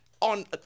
On